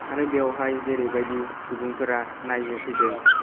आरो बेवहाय जेरैबायदि सुबुंफोरा नायनो फैदों